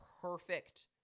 perfect